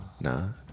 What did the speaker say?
no